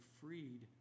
freed